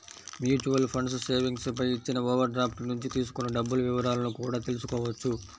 mutual funds savings పై ఇచ్చిన overdraft నుంచి తీసుకున్న డబ్బుల వివరాలను కూడా తెల్సుకోవచ్చు